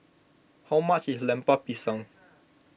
how much is Lemper Pisang